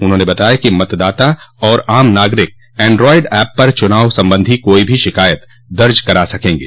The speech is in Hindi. उन्होंने बताया कि मतदाता और आम नागरिक एनड्रॉयड एप पर चुनाव संबंधी कोई भी शिकायत दर्ज करा सकेंगे